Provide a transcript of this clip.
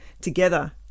together